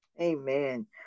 Amen